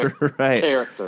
Right